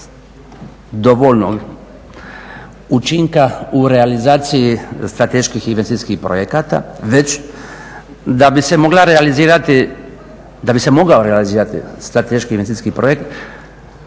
dovoljno učinka u realizaciji strateških i investicijskih projekata već da bi se mogao realizirati strateški investicijski projekt